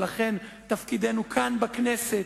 ולכן תפקידנו כאן בכנסת,